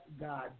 God